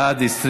בעד,